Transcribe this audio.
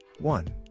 One